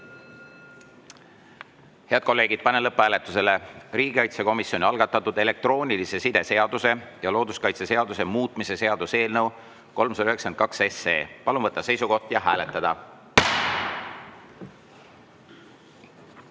Head kolleegid, panen lõpphääletusele riigikaitsekomisjoni algatatud elektroonilise side seaduse ja looduskaitseseaduse muutmise seaduse eelnõu 392. Palun võtta seisukoht ja hääletada!